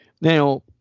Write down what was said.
Now